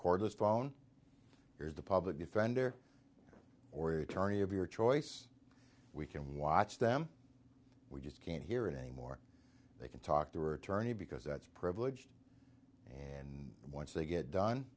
cordless phone is the public defender or attorney of your choice we can watch them we just can't hear it anymore they can talk to or attorney because that's privileged and once they get done